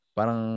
Parang